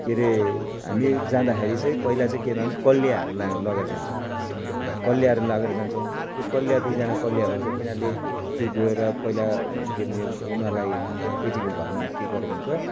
के रे हामी जाँदाखेरि चाहिँ पहिला चाहिँ के लान्छौँ कलियाहरू लगेर जान्छौँ कलियाहरू लगेर जान्छौँ त्यो कलिया दुईजना कलिया हुन्छ तिनीहरूले त्यो गएर पहिला उनीहरूलाई केटीको घरमा के गरेको हुन्छ